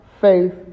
faith